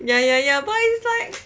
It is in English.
okay ya ya ya but it's like